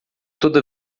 toda